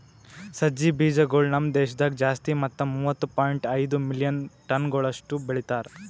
ಸಜ್ಜಿ ಬೀಜಗೊಳ್ ನಮ್ ದೇಶದಾಗ್ ಜಾಸ್ತಿ ಮತ್ತ ಮೂವತ್ತು ಪಾಯಿಂಟ್ ಐದು ಮಿಲಿಯನ್ ಟನಗೊಳಷ್ಟು ಬೆಳಿತಾರ್